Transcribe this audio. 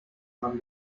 mann